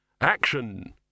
Action